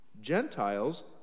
Gentiles